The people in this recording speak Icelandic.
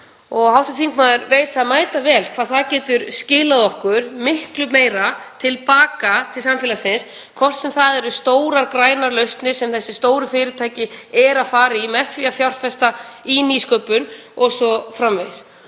Hv. þingmaður veit mætavel hvað það getur skilað okkur miklu meiru til baka til samfélagsins, hvort sem það eru stórar grænar lausnir sem þessi stóru fyrirtæki fara í með því að fjárfesta í nýsköpun o.s.frv.